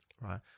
right